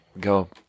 go